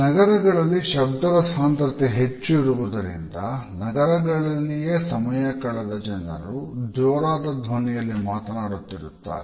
ನಗರಗಳಲ್ಲಿ ಶಬ್ದದ ಸಾಂದ್ರತೆ ಹೆಚ್ಚು ಇರುವುದರಿಂದ ನಗರಗಳಲ್ಲಿಯೇ ಸಮಯ ಕಳೆದ ಜನರು ಜೋರಾದ ಧ್ವನಿಯಲ್ಲಿ ಮಾತನಾಡುತ್ತಿರುತ್ತಾರೆ